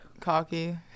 cocky